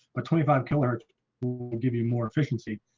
but twenty five killers will give you more efficiency.